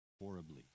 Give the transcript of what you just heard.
horribly